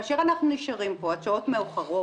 כאשר אנחנו נשארים פה עד שעות מאוחרות,